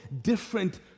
different